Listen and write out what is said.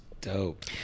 dope